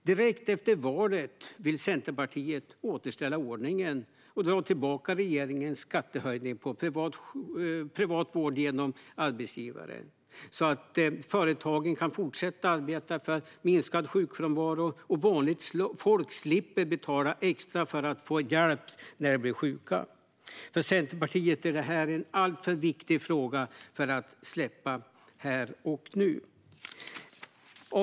Direkt efter valet vill Centerpartiet återställa ordningen och dra tillbaka regeringens skattehöjning på privat vård genom arbetsgivare, så att företagen kan fortsätta arbeta för minskad sjukfrånvaro och så att vanligt folk slipper betala extra för att få hjälp när de blir sjuka. För Centerpartiet är detta en alltför viktig fråga för att släppa här och nu. Fru talman!